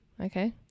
Okay